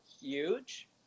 huge